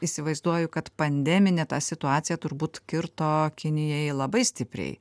įsivaizduoju kad pandeminė ta situacija turbūt kirto kinijai labai stipriai